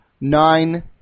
nine